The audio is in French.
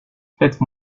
faites